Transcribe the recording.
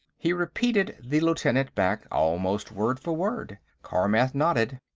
he repeated the lieutenant back, almost word for word. carmath nodded.